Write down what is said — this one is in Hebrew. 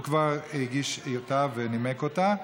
הוא כבר הגיש אותה ונימק אותה.